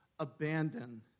Abandon